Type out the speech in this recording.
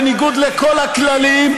בניגוד לכל הכללים,